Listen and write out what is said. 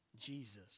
Jesus